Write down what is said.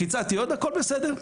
לחיצת יד, הכול בסדר.